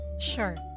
sure